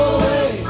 away